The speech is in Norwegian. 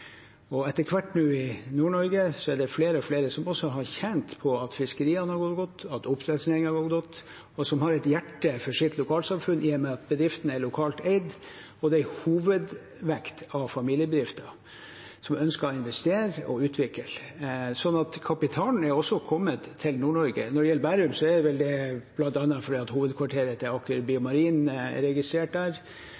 nå flere og flere som også har kjent på at fiskeriene har gått godt, at oppdrettsnæringen har gått godt og har et hjerte for sitt lokalsamfunn, i og med at bedriftene er lokalt eid. Det er en hovedvekt av familiebedrifter som ønsker å investere og utvikle. Kapitalen er også kommet til Nord-Norge. Når det gjelder Bærum, er vel det bl.a. fordi hovedkvarteret til Aker